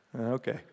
Okay